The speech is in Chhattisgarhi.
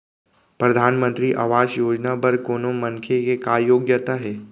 परधानमंतरी आवास योजना बर कोनो मनखे के का योग्यता हे?